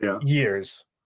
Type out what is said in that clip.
years